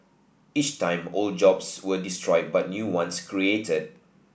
each time old jobs were destroyed but new ones created